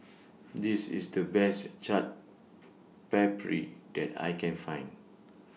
This IS The Best Chaat Papri that I Can Find